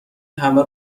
همه